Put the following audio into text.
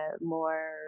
more